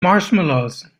marshmallows